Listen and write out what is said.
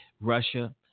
Russia